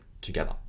together